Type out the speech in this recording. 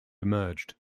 emerged